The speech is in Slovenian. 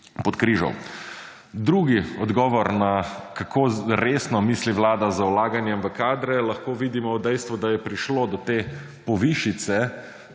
podkrižal. Drugi odgovor na kako resno misli Vlada z vlaganjem v kadre, lahko vidimo dejstvo, da je prišlo do te povišice